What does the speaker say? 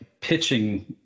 pitching